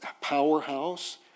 powerhouse